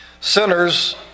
Sinners